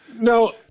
No